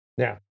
Now